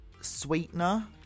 Sweetener